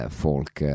folk